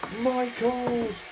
Michaels